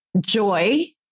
joy